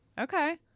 okay